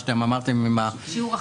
שיעור אחר.